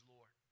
Lord